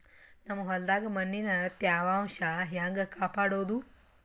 ನಮ್ ಹೊಲದಾಗ ಮಣ್ಣಿನ ತ್ಯಾವಾಂಶ ಹೆಂಗ ಕಾಪಾಡೋದು?